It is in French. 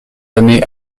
années